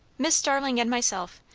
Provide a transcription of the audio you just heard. miss starling and myself.